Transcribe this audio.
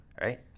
Right